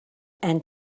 and